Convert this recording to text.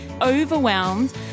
overwhelmed